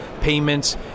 payments